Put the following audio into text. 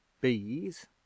Bees